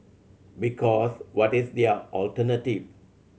because what is their alternative